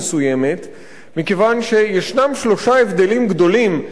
מכיוון שיש שלושה הבדלים גדולים בין קידוחי נפט